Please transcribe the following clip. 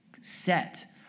set